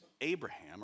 Abraham